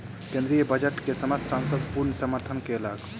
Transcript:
केंद्रीय बजट के समस्त संसद पूर्ण समर्थन केलक